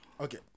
Okay